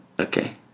Okay